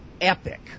epic